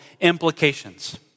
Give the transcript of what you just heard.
implications